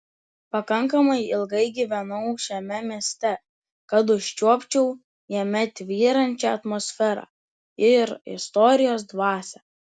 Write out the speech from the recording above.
pakankamai ilgai gyvenau šiame mieste kad užčiuopčiau jame tvyrančią atmosferą ir istorijos dvasią